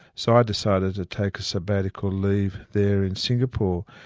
so i decided to take a sabbatical leave there in singapore.